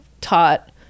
taught